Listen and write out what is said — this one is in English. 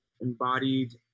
embodied